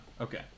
okay